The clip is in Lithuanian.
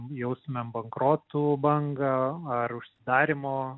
jaustumėm bankrotų bangą ar užsidarymo